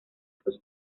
sus